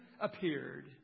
appeared